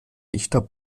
dichter